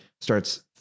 starts